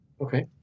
Okay